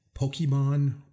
Pokemon